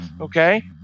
okay